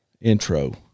intro